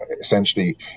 essentially